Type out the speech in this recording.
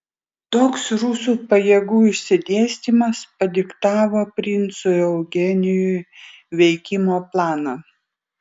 toks rusų pajėgų išsidėstymas padiktavo princui eugenijui veikimo planą